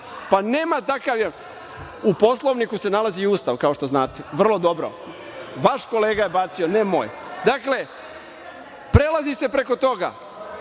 on. Nema takav je. U Poslovniku se nalazi Ustav kao što znate. Vaš kolega je bacio, ne moj. Dakle, prelazi se preko toga.